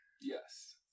yes